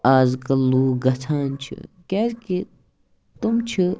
آز کَل لوٗکھ گژھان چھِ کیازِ کہِ تٔمۍ چھِ